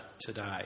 today